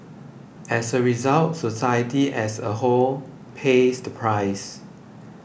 as a result society as a whole pays the price